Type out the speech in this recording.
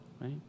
right